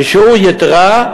אישור יתרה,